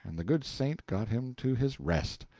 and the good saint got him to his rest.